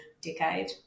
decade